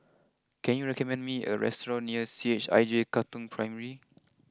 can you recommend me a restaurant near C H I J Katong Primary